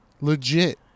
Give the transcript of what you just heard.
legit